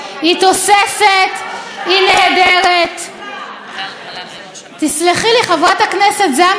כשעמדו כאן האבות המייסדים ואמרו: בלי חירות ובלי מק"י,